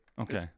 Okay